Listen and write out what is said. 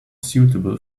suitable